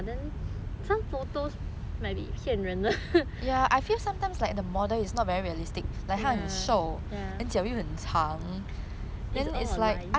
might be 骗人的 ya ya it's all a lie ya